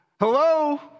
Hello